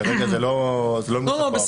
כרגע זה לא נמצא פה.